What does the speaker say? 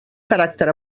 caràcter